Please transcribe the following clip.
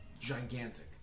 gigantic